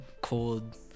cold